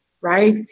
Right